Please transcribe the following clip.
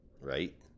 right